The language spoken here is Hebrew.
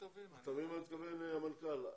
אתה מבין למה אני מתכוון, המנכ"ל?